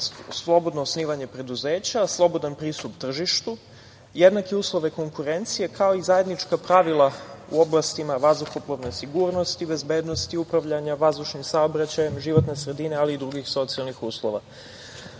slobodno osnivanje preduzeća, slobodan pristup tržištu, jednake uslove konkurencije, kao i zajednička pravila u oblastima vazduhoplovne sigurnosti, bezbednosti, upravljanja vazdušnim saobraćajem, životne sredine, ali i drugih socijalnih uslova. Ovom